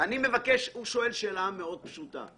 שואל שאלה מאוד פשוטה.